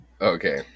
okay